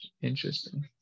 Interesting